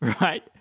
right